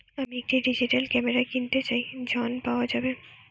আমি একটি digital camera কিনতে চাই ঝণ পাওয়া যাবে?